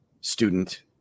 student